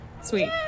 Sweet